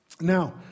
Now